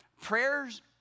Prayers